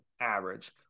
average